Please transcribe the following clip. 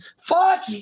Fuck